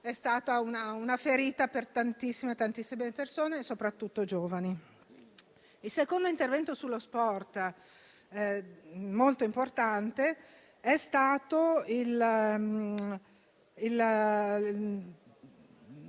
pertanto una ferita per tantissime persone, soprattutto giovani. Il secondo intervento sullo sport molto importante concerne